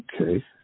Okay